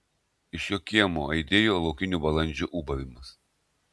iš jo kiemo aidėjo laukinių balandžių ūbavimas